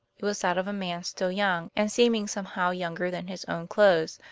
it was that of a man still young, and seeming somehow younger than his own clothes,